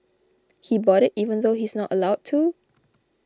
he bought it even though he's not allowed to